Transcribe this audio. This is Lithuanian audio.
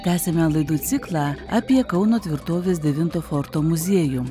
tęsiame laidų ciklą apie kauno tvirtovės devinto forto muziejų